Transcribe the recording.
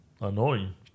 annoying